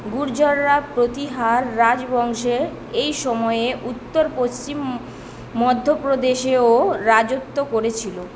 গুর্জররা প্রতিহার রাজবংশে এই সময়ে উত্তর পশ্চিম মধ্যপ্রদেশেও রাজত্ব করেছিল